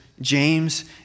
James